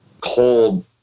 cold